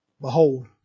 Behold